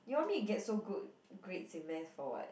you want me to get so good grades in math for [what]